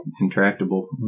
intractable